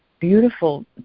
beautiful